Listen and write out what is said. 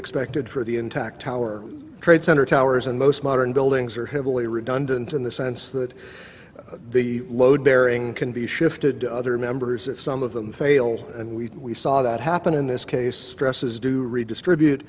expected for the intact tower trade center towers and most modern buildings are heavily redundant in the sense that the load bearing can be shifted to other members if some of them fail and we saw that happen in this case stresses do redistribute